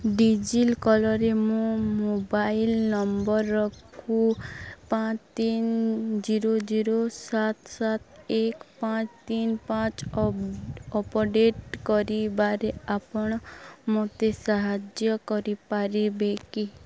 D ଜି ଲକର୍ରେ ମୁଁ ମୋବାଇଲ୍ ନମ୍ବର୍କୁ ପାଞ୍ଚ ତିନ ଜିରୋ ଜିରୋ ସାତ ସାତ ଏକ ପାଞ୍ଚ ତିନି ପାଞ୍ଚ ଅପ ଅପଡ଼େଟ୍ କରିବାରେ ଆପଣ ମୋତେ ସାହାଯ୍ୟ କରିପାରିବେ କି